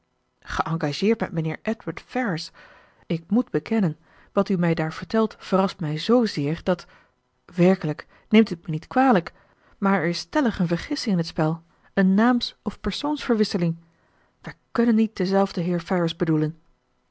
geëngageerd met mijnheer edward ferrars ik moet bekennen wat u mij daar vertelt verrast zij zzeer dat werkelijk neemt u t me niet kwalijk maar er is stellig een vergissing in t spel een naams of persoonsverwisseling wij kunnen niet denzelfden heer ferrars bedoelen